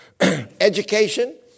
Education